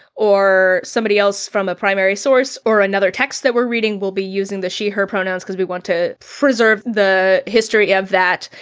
or somebody else from a primary source or another text that we're reading, we'll be using the she her pronouns, because we want to preserve the history of that,